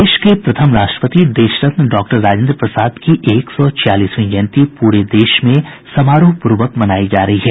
देश के प्रथम राष्ट्रपति देशरत्न डॉक्टर राजेंद्र प्रसाद की एक सौ छियालीसवीं जयंती पूरे देश में समारोहपूर्वक मनायी जा रही है